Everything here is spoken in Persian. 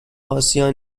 آسیا